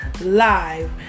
live